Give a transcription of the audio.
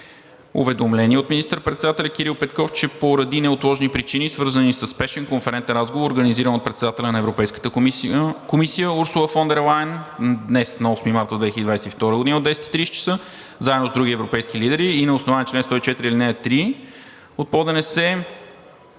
уведомление от министър-председателя Кирил Петков, че поради неотложни причини, свързани със спешен конферентен разговор, организиран от председателя на Европейската комисия Урсула фон дер Лайен днес, на 8 март 2022 г. от 10,30 ч., заедно с други европейски лидери и на основание чл. 104, ал. 3 от ПОДНС, с